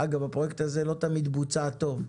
אגב, הפרויקט הזה לא תמיד בוצע טוב.